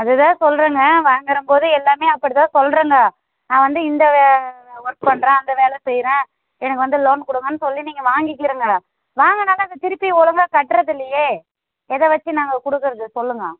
அது தான் சொல்லுறேங்க வாங்குறம்போது எல்லாமே அப்படி தான் சொல்கிறாங்க நான் வந்து இந்த வே ஒர்க் பண்ணுறேன் அந்த வேலை செய்கிறேன் எனக்கு வந்து லோன் கொடுங்கன்னு சொல்லி நீங்கள் வாங்கிக்கிறங்க வாங்கினாலும் அதை திருப்பி ஒழுங்கா கட்டுறது இல்லையே எதை வச்சு நாங்கள் கொடுக்கறது சொல்லுங்கள்